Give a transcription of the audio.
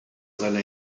seiner